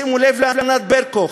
שימו לב לענת ברקו,